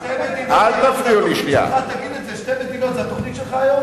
שתי מדינות היום זה התוכנית שלך?